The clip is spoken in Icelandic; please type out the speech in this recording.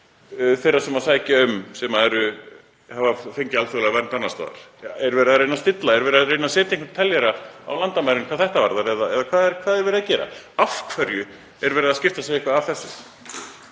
þeirra sem sækja um sem hafa fengið alþjóðlega vernd annars staðar? Er verið að reyna að stilla, er verið að reyna að setja einhvern teljara á landamærin hvað þetta varðar eða hvað er verið að gera? Af hverju er verið að skipta sér eitthvað af þessu?